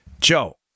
Joe